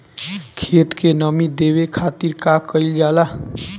खेत के नामी देवे खातिर का कइल जाला?